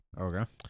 Okay